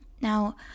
now